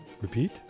Repeat